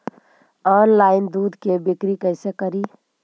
Online दुध के बिक्री कैसे करि?